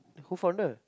co-founder